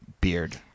beard